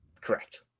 Correct